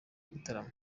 igitaramo